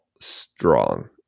strong